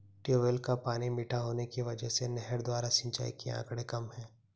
tubewell का पानी मीठा होने की वजह से नहर द्वारा सिंचाई के आंकड़े कम है